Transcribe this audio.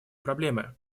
проблемы